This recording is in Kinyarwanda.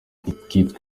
ikitwa